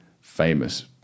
famous